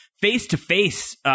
face-to-face